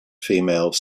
female